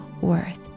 worth